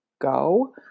go